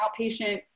outpatient